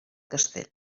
castell